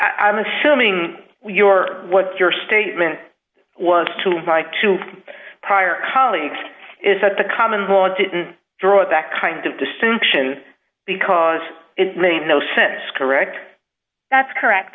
assuming your what your statement was to my two prior colleagues is that the common law didn't draw that kind of distinction because it made no sense correct that's correct